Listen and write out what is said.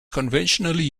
conventionally